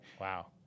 Wow